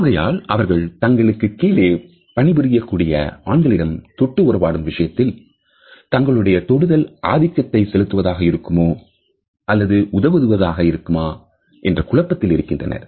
ஆகையால் அவர்கள் தங்களுக்கு கீழே பணிபுரியக்கூடிய ஆண்களிடம் தொட்டு உறவாடும் விஷயத்தில் தங்களுடைய தொடுதல் ஆதிக்கத்தை செலுத்துவதாக இருக்குமோ அல்லது உதவுவதாக இருக்குமா என்ற குழப்பத்தில் இருக்கின்றனர்